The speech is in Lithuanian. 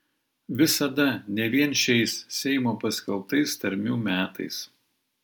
visada ne vien šiais seimo paskelbtais tarmių metais